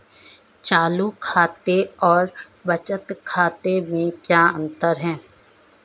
चालू खाते और बचत खाते में क्या अंतर है?